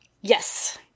Yes